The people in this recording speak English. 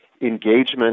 engagement